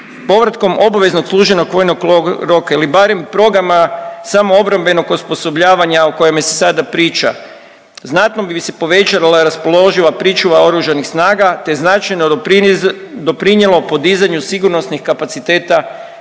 Povratkom obveznog služenja vojnog roka ili barem programa samoobrambenog osposobljavanja o kojemu se sada priča, znatno bi se povećala raspoloživa pričuva Oružanih snaga, te značajno doprinjelo podizanju sigurnosnih kapaciteta